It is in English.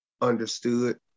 understood